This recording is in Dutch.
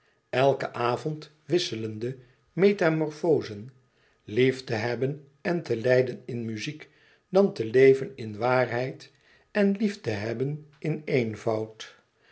elken avond wisselende metamorfozen lief te hebben en te lijden in muziek dan te leven in waarheid en lief te hebben in eenvoud